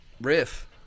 riff